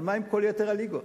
אבל מה עם כל יתר הליגות?